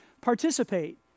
participate